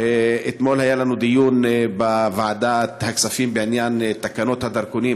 אתמול היה לנו דיון בוועדת הכספים בעניין תקנות הדרכונים,